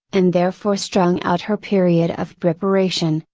and therefore strung out her period of preparation,